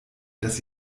dass